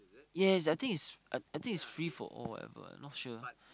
yes I think is I I think is free for all whatever not sure